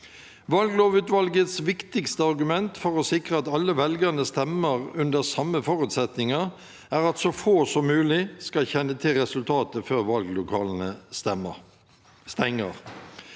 Valglovutvalgets viktigste argument, for å sikre at alle velgere stemmer under samme forutsetninger, er at så få som mulig skal kjenne til resultatene før valglokalene stenger.